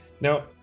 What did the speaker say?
Now